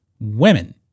women